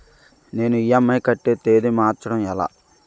నేను ఇ.ఎం.ఐ కట్టే తేదీ మార్చడం ఎలా?